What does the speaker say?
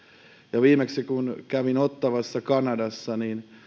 ja viimeksi kun kävin ottawassa kanadassa